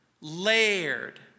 layered